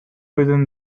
within